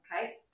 Okay